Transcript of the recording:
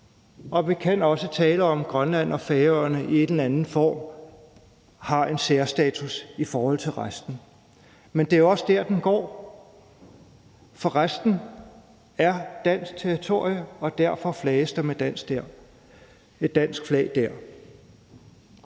og vi kan også tale om, at Grønland og Færøerne i en eller anden form har en særstatus i forhold til resten. Men det er også der, grænsen går, for resten er dansk territorie, og derfor flages der med et dansk flag der.